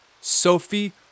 Sophie